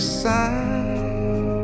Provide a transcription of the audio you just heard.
side